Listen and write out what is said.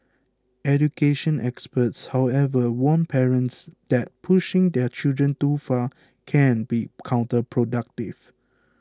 education experts however warn parents that pushing their children too far can be counterproductive